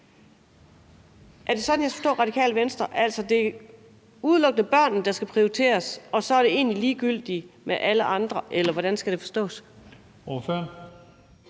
Er det sådan, jeg skal forstå Radikale Venstre, altså at det udelukkende er børnene, der skal prioriteres, og så er det egentlig ligegyldigt med alle andre? Eller hvordan skal det forstås?